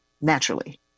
naturally